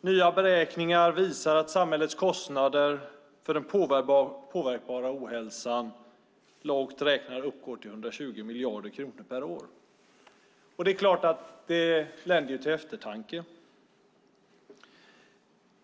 Nya beräkningar visar att samhällets kostnader för den påverkbara ohälsan lågt räknat uppgår till 120 miljarder kronor per år. Det länder ju till eftertanke.